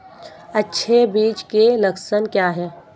अच्छे बीज के लक्षण क्या हैं?